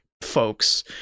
folks